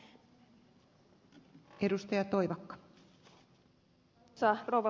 arvoisa rouva puhemies